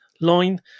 line